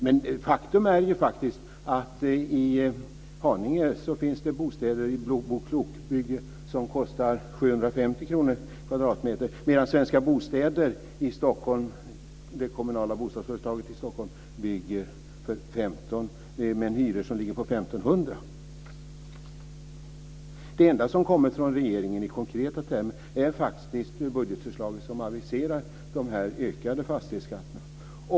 Men i Haninge finns det bostäder i Bo Klok-byggen som kostar 750 kr per kvadratmeter, medan det kommunala bostadsföretaget i Stockholm, Svenska Det enda förslag som har kommit från regeringen i konkreta termer är faktiskt budgetförslaget, där de ökade fastighetsskatterna aviseras.